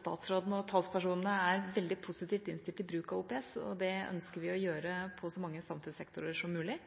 statsråden og talspersonene er veldig positivt innstilt til bruk av OPS, og det ønsker vi å gjøre på så mange samfunnssektorer som mulig.